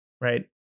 right